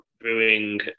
brewing